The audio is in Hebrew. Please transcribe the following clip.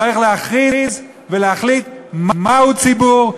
צריך להכריז ולהחליט מהו ציבור,